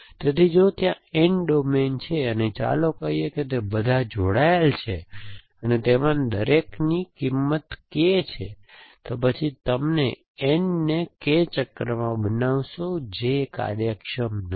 તેથી જો ત્યાં N ડોમેન્સ છે અને ચાલો કહીએ કે તે બધા જોડાયેલા છે અને તેમાંના દરેકની કિંમત K છે તો પછી તમે N ને K ચક્રમાં બનાવશો જે કાર્યક્ષમ નથી